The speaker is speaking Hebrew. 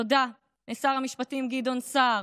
תודה לשר המשפטים גדעון סער,